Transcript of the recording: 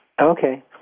Okay